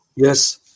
Yes